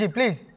Please